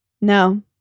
No